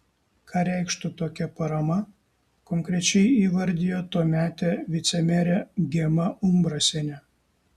ką reikštų tokia parama konkrečiai įvardijo tuometė vicemerė gema umbrasienė